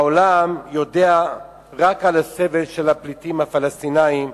העולם יודע רק על הסבל של הפליטים הפלסטינים,